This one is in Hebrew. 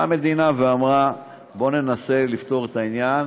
באה המדינה ואמרה: בואו ננסה לפתור את העניין